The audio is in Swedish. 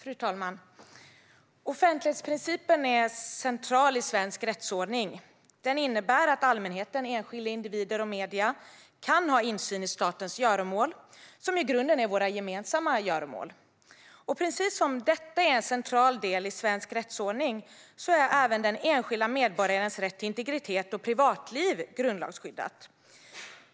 Fru talman! Offentlighetsprincipen är central i svensk rättsordning. Den innebär att allmänheten - enskilda individer och medierna - kan ha insyn i statens göromål, som i grunden är våra gemensamma göromål. Precis som detta är en central del i svensk rättsordning är även den enskilda medborgarens rätt till integritet och privatliv grundlagsskyddat.